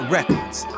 Records